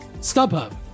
StubHub